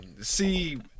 See